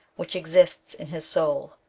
which exists in his soul.